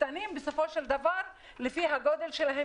הם קיבלו בסופו של דבר לפי גודלם.